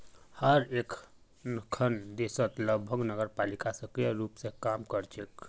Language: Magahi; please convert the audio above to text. हर एकखन देशत लगभग नगरपालिका सक्रिय रूप स काम कर छेक